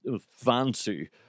fancy